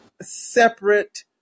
separate